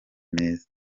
meza